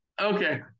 Okay